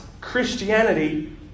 Christianity